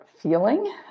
feeling